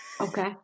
Okay